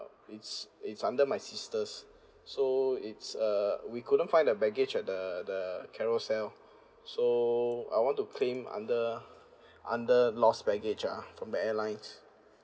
it's it's under my sister's so it's err we couldn't find the baggage at the the carousel so I want to claim under under lost baggage ah from the airlines